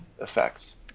effects